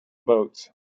votes